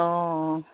অঁ অঁ